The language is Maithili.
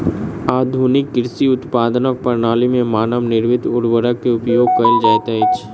आधुनिक कृषि उत्पादनक प्रणाली में मानव निर्मित उर्वरक के उपयोग कयल जाइत अछि